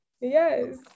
yes